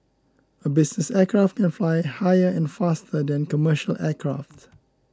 a business aircraft can fly higher and faster than commercial aircraft